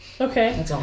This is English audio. Okay